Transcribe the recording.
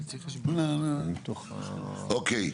ראש העיר, בבקשה.